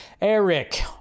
Eric